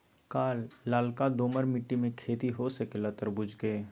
का लालका दोमर मिट्टी में खेती हो सकेला तरबूज के?